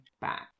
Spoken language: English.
back